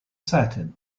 satin